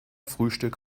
frühstück